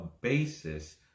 basis